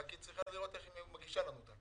היא רק צריכה לראות איך היא מגישה לנו אותה.